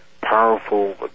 powerful